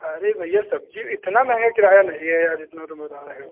अरे भैया सब्ज़ी इतनी महंगी किराया नहीं है यार जितना तुम बता रहे हो